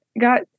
got